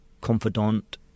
confidant